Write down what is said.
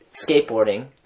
skateboarding